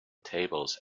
tables